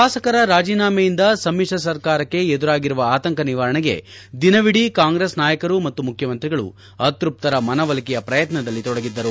ಶಾಸಕರ ರಾಜೀನಾಮೆಯಿಂದ ಸಮಿತ್ರ ಸರ್ಕಾರಕ್ಕೆ ಎದುರಾಗಿರುವ ಆತಂಕ ನಿವಾರಣೆಗೆ ದಿನವಿಡಿ ಕಾಂಗ್ರೆಸ್ ನಾಯಕರು ಮತ್ತು ಮುಖ್ಯಮಂತ್ರಿಗಳು ಅತೃಪ್ತರ ಮನವೊಲಿಕೆಯ ಪ್ರಯತ್ನದಲ್ಲಿ ತೊಡಗಿದ್ದರು